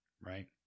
right